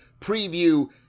preview